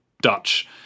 Dutch